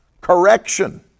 correction